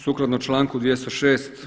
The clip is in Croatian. Sukladno članku 206.